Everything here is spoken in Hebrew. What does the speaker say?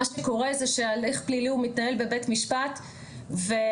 מה שקורה זה שהליך פלילי הוא מתנהל בבית משפט והפרקליטות